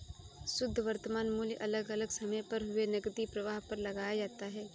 शुध्द वर्तमान मूल्य अलग अलग समय पर हुए नकदी प्रवाह पर लगाया जाता है